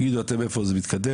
תגידו אתם לאן זה מתקדם.